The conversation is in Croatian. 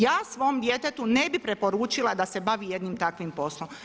Ja svom djetetu ne bih preporučila da se bavi jednim takvim poslom.